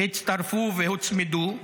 הצטרפו והוצמדו,